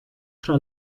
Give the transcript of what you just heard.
fra